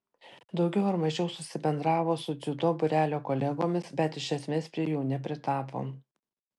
daugiau ar mažiau susibendravo su dziudo būrelio kolegomis bet iš esmės prie jų nepritapo